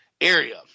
area